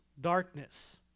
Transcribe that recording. darkness